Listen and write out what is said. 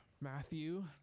Matthew